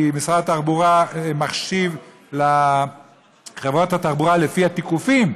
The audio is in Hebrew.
כי משרד התחבורה מחשיב לחברת התחבורה לפי התיקופים,